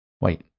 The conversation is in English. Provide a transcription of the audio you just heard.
Wait